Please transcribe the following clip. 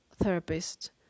therapist